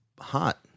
hot